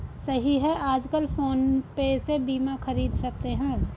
सही है आजकल फ़ोन पे से बीमा ख़रीद सकते हैं